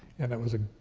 and it was a,